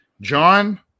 John